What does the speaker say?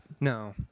no